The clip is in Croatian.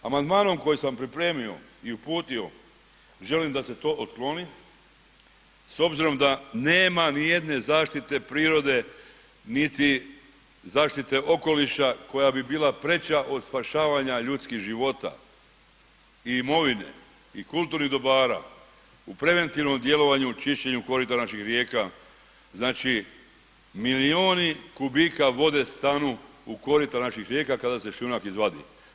Amandmanom koji sam pripremio i uputio želim da se to otkloni, s obzirom da nema ni jedne zaštite prirode niti zaštite okoliša koja bi bila preča od spašavanja ljudskih života i imovine i kulturnih dobara u preventivnom djelovanju čišćenju korita naših rijeka, znači milioni kubika vode stanu u korita naših rijeka kada se šljunak izvadi.